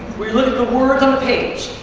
where you look at the words on a page.